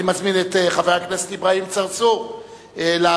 אני מזמין את חבר הכנסת אברהים צרצור לעלות